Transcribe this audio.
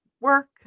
work